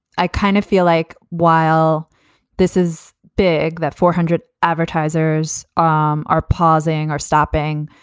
i kind of feel like while this is big, that four hundred advertisers um are pausing or stopping